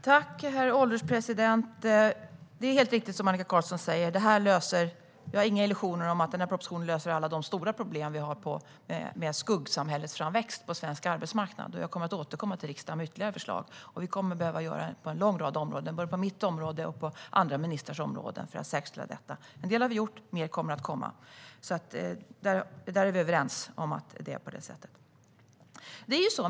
Herr ålderspresident! Det som Annika Qarlsson säger är helt riktigt. Jag har inga illusioner om att den här propositionen löser alla de stora problem vi har med framväxten av ett skuggsamhälle på svensk arbetsmarknad. Jag kommer att återkomma till riksdagen med ytterligare förslag. Det kommer vi att behöva göra på en lång rad områden, både på mitt område och på andra ministrars områden, för att säkerställa detta. En del har vi gjort, och mer kommer att komma. I den här frågan är vi överens om att det ligger till på det sättet.